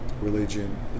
religion